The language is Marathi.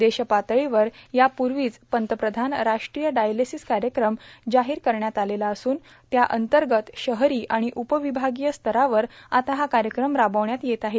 देशपातळीवर यापूर्वाच पंतप्रधान राष्ट्रीय डायलेसीस कायक्रम जाहौर करण्यात आलेला असून त्यातंगत शहरों आर्माण उर्पावभागीय स्तरावर आता हा कायक्रम रार्बावण्यात येत आहे